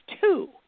two